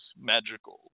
magical